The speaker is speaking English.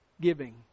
giving